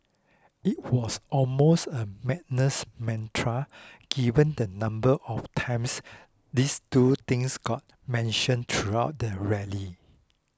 it was almost a madness mantra given the number of times these two things got mentioned throughout the rally